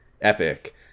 Epic